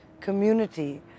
community